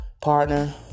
partner